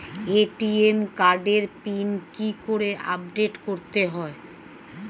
ATM কার্ডের pin কি করে আপডেট করতে হয়?